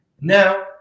Now